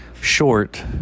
Short